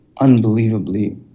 unbelievably